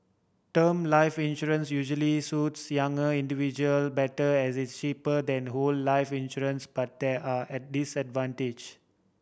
term life insurance usually suits younger individual better as it is cheaper than whole life insurance but there are disadvantage